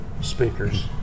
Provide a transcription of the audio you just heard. speakers